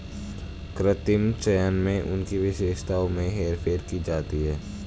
कृत्रिम चयन में उनकी विशेषताओं में हेरफेर की जाती है